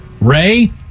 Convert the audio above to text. Ray